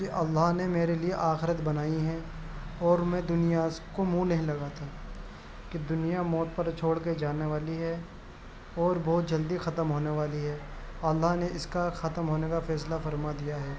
کہ اللہ نے میرے لیے آخرت بنائی ہے اور میں دنیا کو منھ نہیں لگاتا کہ دنیا موت پر چھوڑ کے جانے والی ہے اور بہت جلدی ختم ہونے والی ہے اللہ نے اس کا ختم ہونے کا فیصلہ فرما دیا ہے